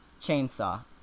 chainsaw